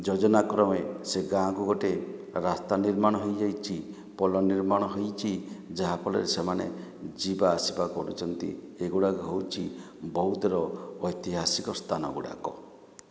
ଯୋଜନା କ୍ରମେ ସେ ଗାଁକୁ ଗୋଟିଏ ରାସ୍ତା ନିର୍ମାଣ ହୋଇଯାଇଛି ପୋଲ ନିର୍ମାଣ ହୋଇଛି ଯାହାଫଳରେ ସେମାନେ ଯିବାଆସିବା କରୁଛନ୍ତି ଏଗୁଡ଼ିକ ହେଉଛି ବୌଦ୍ଧର ଐତିହାସିକ ସ୍ଥାନଗୁଡ଼ିକ